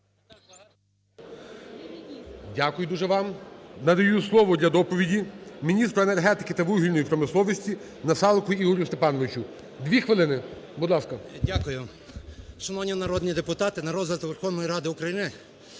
Дякую дуже вам. Надаю слово для доповіді міністру енергетики та вугільної промисловості Насалику Ігорю Степановичу. Дві хвилини, будь ласка. 11:27:15 НАСАЛИК І.С. Дякую. Шановні народні депутати! На розгляд Верховної Ради України